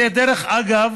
זה, דרך אגב,